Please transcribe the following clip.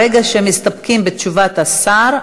ברגע שמסתפקים בתשובת השר,